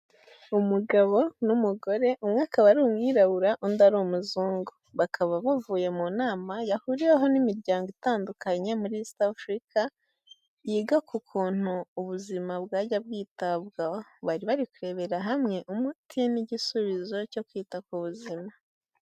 Umugabo n'umugore umwe akaba ari umwirabura undi ari umuzungu bakaba bavuye mu nama yahuriweho n'imiryango itandukanye muri East Africa yiga ku kuntu ubuzima bwajya bwitabwaho bari bari kurebera hamwe umuti n'igisubizo cyo kwita ku buzima.